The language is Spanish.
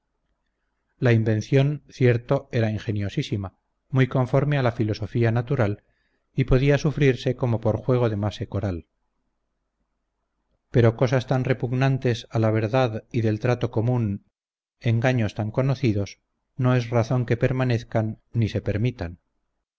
la invención cierto era ingeniosísima muy conforme a la filosofía natural y podía sufrirse como por juego de masecoral pero cosas tan repugnantes a la verdad y del trato común engaños tan conocidos no es razón que permanezcan ni se permitan